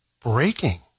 breaking